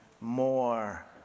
more